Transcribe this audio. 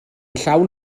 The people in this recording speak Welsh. llawn